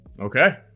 okay